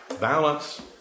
balance